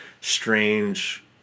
strange